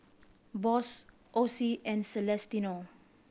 Boss Osie and Celestino